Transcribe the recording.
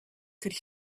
could